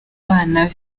bana